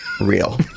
real